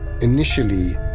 initially